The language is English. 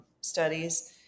studies